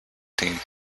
team